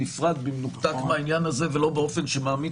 בנפרד ובמנותק מן העניין הזה ולא באופן שמעמיד